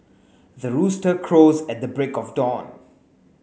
the rooster crows at the break of dawn